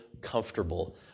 comfortable